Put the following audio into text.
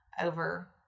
over